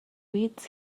weeds